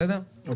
מה